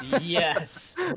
Yes